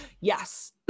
Yes